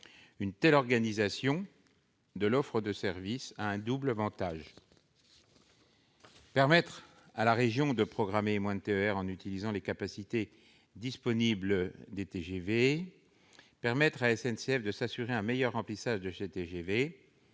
Une telle organisation de l'offre de services a un double avantage : d'une part, la région peut programmer moins de TER en utilisant les capacités disponibles des TGV ; d'autre part, la SNCF peut s'assurer un meilleur remplissage de ses TGV.